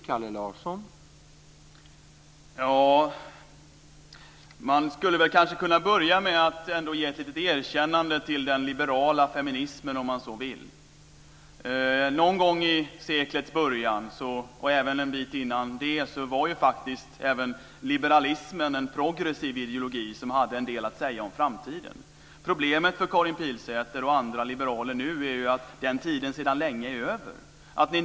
Herr talman! Man skulle kanske kunna börja med att ändå ge ett litet erkännande till den liberala feminismen, om man så vill. Någon gång i seklets början och även en tid före det var faktiskt även liberalismen en progressiv ideologi som hade en del att säga om framtiden. Problemet för Karin Pilsäter och andra liberaler nu är ju att den tiden sedan länge är över.